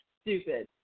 stupid